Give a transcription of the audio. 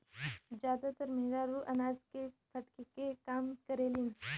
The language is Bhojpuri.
जादातर मेहरारू अनाज के फटके के काम करेलिन